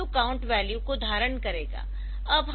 R2 count value को धारण करेगा